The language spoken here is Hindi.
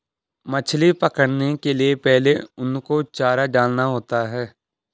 मछली पकड़ने के लिए पहले उनको चारा डालना होता है